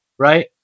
Right